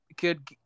good